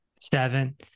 seven